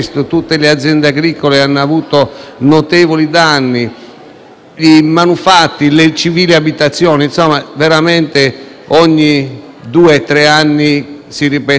i manufatti e le civili abitazioni. Insomma, ogni due o tre anni si ripete la stessa situazione.